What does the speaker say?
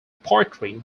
pottery